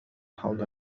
حول